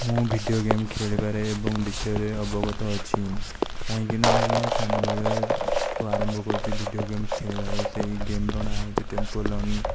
ମୁଁ video game ଖେଳିବାରେ ଏବଂ ଦେଖିବାରେ ଅବଗତ ଅଛି କାହିଁକି ନା ମୁଁ ସାନବେଳ ଠାରୁ ଆରମ୍ଭ କରିଛି ଭିଡ଼ିଓ ଗେମ ଖେଳିବାର ସେହିଁ ଗେମ୍ ର ନାଁ ହେଉଛି ଟେମ୍ପଲ ରନ